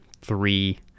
three